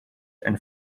and